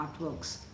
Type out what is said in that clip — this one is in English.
artworks